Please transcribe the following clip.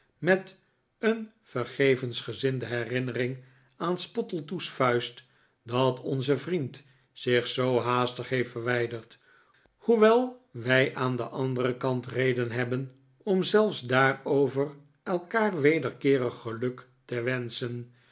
met een vergevensgezinde herinnering aan spottletoe's vuist dat onze vriend zich zoo haastig heeft verwijderd hoewel wij aan den anderen kant reden hebben om zelfs daarover elkaar wederkeerig geluk te wenschen